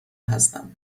هستم